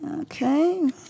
Okay